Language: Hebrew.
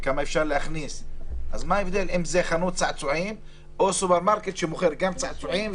צריך לא לקחת סיכון וללכת על ההצעה שהוכיחה את עצמה.